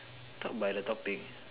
talk by the topic